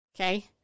Okay